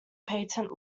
patent